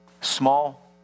Small